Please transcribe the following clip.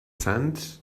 sand